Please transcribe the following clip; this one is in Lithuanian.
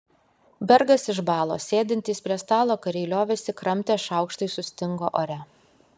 bergas išbalo sėdintys prie stalo kariai liovėsi kramtę šaukštai sustingo ore